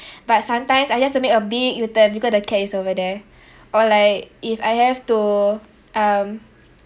but sometimes I just to make a big U-turn because the cat is over there or like if I have to um